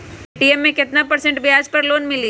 Paytm मे केतना percent ब्याज पर लोन मिली?